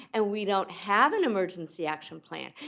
and we don't have an emergency action plan.